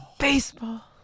Baseball